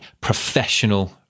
professional